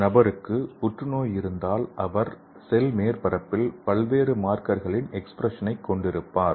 ஒரு நபருக்கு புற்றுநோய் இருந்தால் அவர் செல் மேற்பரப்பில் பல்வேறு மார்க்கர்களின் எக்ஸ்பிரஷனை கொண்டிருப்பார்